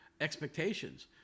expectations